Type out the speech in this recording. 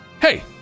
Hey